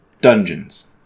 dungeons